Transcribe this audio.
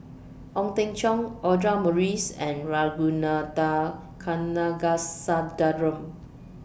Ong Teng Cheong Audra Morrice and Ragunathar Kanagasuntheram